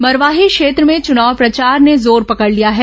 मरवाही क्षेत्र में चुनाव प्रचार ने जोर पकड़ लिया है